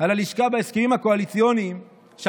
בהסכמים הקואליציוניים על הלשכה,